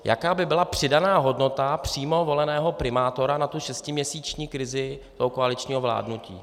Jaká by byla přidaná hodnota přímo voleného primátora na tu šestiměsíční krizi toho koaličního vládnutí?.